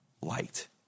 light